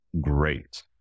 great